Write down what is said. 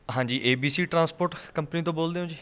ਹਾਂਜੀ A B C transport company ਤੋਂ ਬੋਲਦੇ ਹੋ ਜੀ